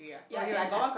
year end lah